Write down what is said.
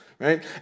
right